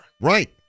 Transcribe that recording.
Right